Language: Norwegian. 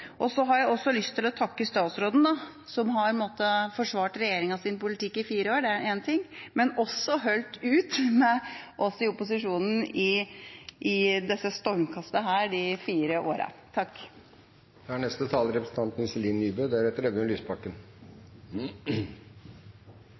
krangler så busta fyker her i salen. Det er sikkert ingen som tror at vi har det ganske gøy utenfor salen. Jeg har også lyst til å takke statsråden, som har måttet forsvare regjeringas politikk i fire år – det er én ting – men som også har holdt ut med oss i opposisjonen i stormkastene her disse fire